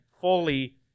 fully